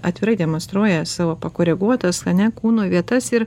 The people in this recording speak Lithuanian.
atvirai demonstruoja savo pakoreguotas ar ne kūno vietas ir